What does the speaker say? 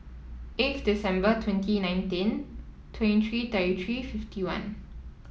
eighth December twenty nineteen twenty three thirty three fifty one